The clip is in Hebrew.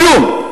כלום.